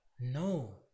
No